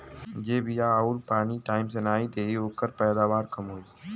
जे बिया आउर पानी टाइम से नाई देई ओकर पैदावार कम होई